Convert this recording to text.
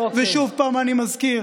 ושוב אני מזכיר,